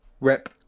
Rip